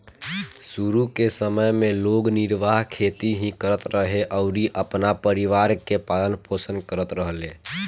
शुरू के समय में लोग निर्वाह खेती ही करत रहे अउरी अपना परिवार के पालन पोषण करत रहले